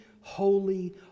holy